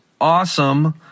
awesome